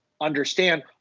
understand